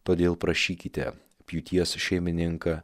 todėl prašykite pjūties šeimininką